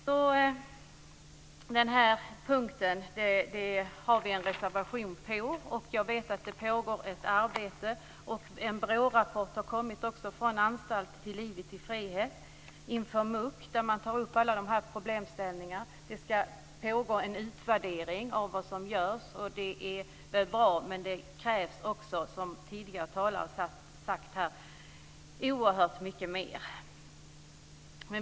På den här punkten har vi en reservation. Jag vet att det pågår ett arbete. Det har också kommit en BRÅ-rapport, Från anstalt till livet i frihet - inför muck, där man tar upp alla dessa problemställningar. Det ska ske en utvärdering av vad som görs. Det är bra, men det krävs oerhört mycket mer, som tidigare talare har sagt.